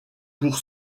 pour